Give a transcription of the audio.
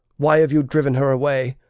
why have you driven her away?